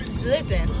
Listen